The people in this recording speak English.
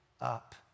up